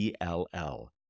ELL